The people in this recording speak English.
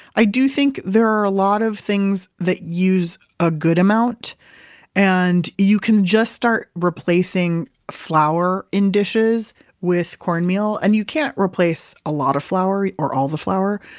i do think there are a lot of things that use a good amount and you can just start replacing flour in dishes with cornmeal and you can't replace a lot of flour or all the flour,